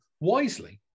wisely